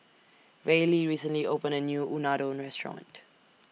Reilly recently opened A New Unadon Restaurant